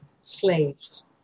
slaves